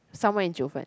somewhere in Jiufen